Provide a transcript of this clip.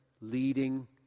leading